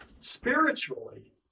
Spiritually